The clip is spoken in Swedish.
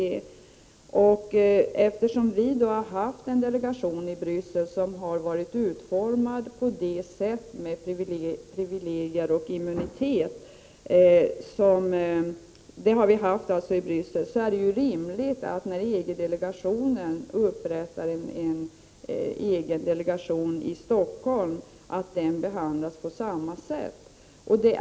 Och eftersom vi har haft en delegation i Bryssel med privilegier och immunitet, är det rimligt att, när EG-delegationen upprättar en delegation i Stockholm, den behandlas på samma sätt.